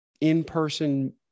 in-person